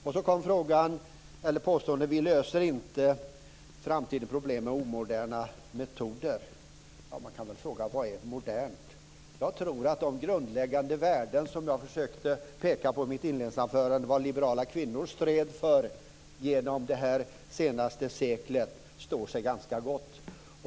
Sedan kom påståendet att vi inte löser framtidens problem med omoderna metoder. Man kan väl fråga sig vad som är modernt. Jag tror att de grundläggande värden, som jag försökte peka på i mitt inledningsanförande, som liberala kvinnor stridit för genom det senaste seklet står sig ganska gott.